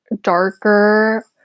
darker